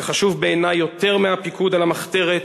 זה חשוב בעיני יותר מהפיקוד על המחתרת,